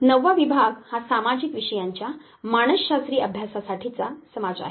नववा विभाग हा सामाजिक विषयांच्या मानसशास्त्रीय अभ्यासासाठीचा समाज आहे